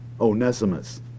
Onesimus